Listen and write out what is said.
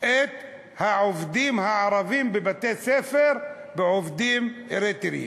את העובדים הערבים בבתי-הספר בעובדים אריתריאים.